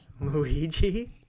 Luigi